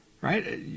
right